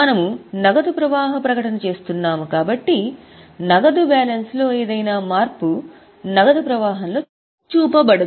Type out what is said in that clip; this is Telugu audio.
మనము నగదు ప్రవాహ ప్రకటన చేస్తున్నాము కాబట్టి నగదు బ్యాలెన్స్లో ఏదైనా మార్పు నగదు ప్రవాహంలో చూపబడదు